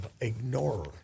ignore